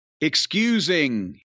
Excusing